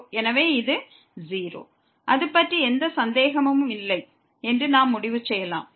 எனவே இது 0 அது பற்றி எந்த சந்தேகமும் இல்லை என்று நாம் முடிவு செய்யலாம்